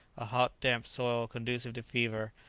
a hot, damp soil conducive to fever,